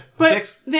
Six